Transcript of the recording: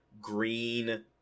green